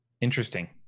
Interesting